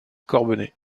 corbenay